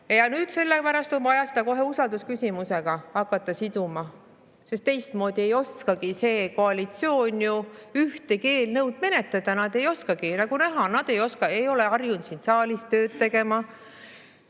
kiire. Sellepärast on nüüd vaja seda kohe usaldusküsimusega hakata siduma, sest teistmoodi ei oskagi see koalitsioon ju ühtegi eelnõu menetleda. Nad ei oskagi! Nagu näha, nad ei oska [teistmoodi] ega ole harjunud siin saalis tööd tegema.